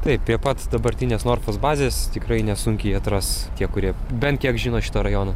taip prie pat dabartinės norfos bazės tikrai nesunkiai atras tie kurie bent kiek žino šitą rajoną